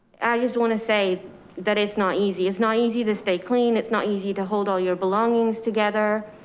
i just want to say that it's not easy. it's not easy to stay clean. it's not easy to hold all your belongings together.